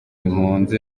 impunzi